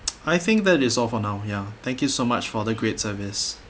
I think that is all for now ya thank you so much for the great service